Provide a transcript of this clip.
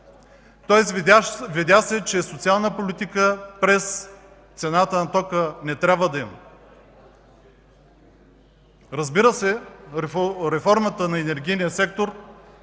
Тоест видя се, че социална политика през цената на тока не трябва да има. Реформата на енергийния сектор